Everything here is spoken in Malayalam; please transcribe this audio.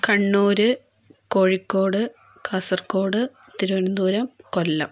കണ്ണൂർ കോഴിക്കോട് കാസർഗോഡ് തിരുവനന്തപുരം കൊല്ലം